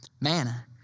Manna